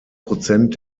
prozent